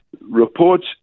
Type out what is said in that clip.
reports